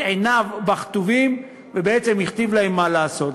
עיניו בכתובים ובעצם הכתיב להם מה לעשות.